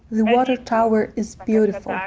the water tower is beautiful.